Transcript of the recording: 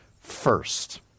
first